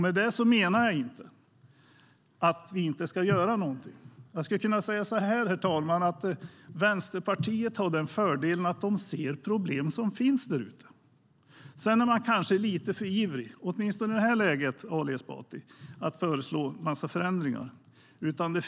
Med det menar jag inte att vi inte ska göra något. En fördel med Vänsterpartiet är att man ser de problem som finns. Kanske är ni lite för ivriga, åtminstone i detta läge, att föreslå en massa förändringar, Ali Esbati.